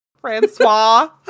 Francois